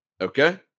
Okay